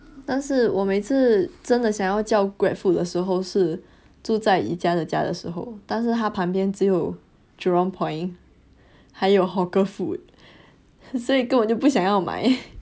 但是我每次真的想要叫 grabfood 的时候是住在 yi jia 的家的时候但是它旁边只有 jurong point 还有 hawker food 所以我根本就不想要买